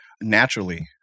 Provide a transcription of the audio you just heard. naturally